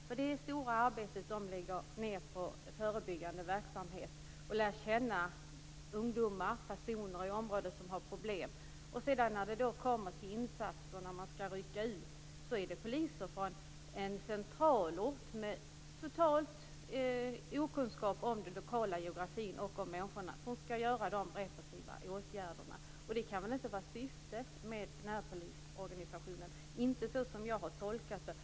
Närpoliserna lägger ned ett stort arbete på förebyggande verksamhet och på att lära känna ungdomar och andra personer i området som har problem. När det sedan kommer till insatser - när man skall rycka ut - kommer poliser från en centralort. De har ingen kunskap om den lokala geografin och om människorna. Det är de som skall vidta de repressiva åtgärderna. Det kan väl inte vara syftet med närpolisorganisationen? Det är inte så jag har tolkat det.